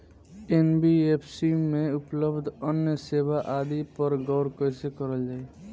NBFC में उपलब्ध अन्य सेवा आदि पर गौर कइसे करल जाइ?